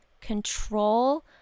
control